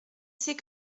c’est